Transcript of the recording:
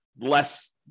less